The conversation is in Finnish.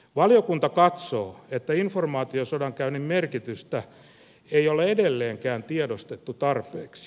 valiokunta katsoo että informaatiosodankäynnin merkitystä ei ole edelleenkään tiedostettu tarpeeksi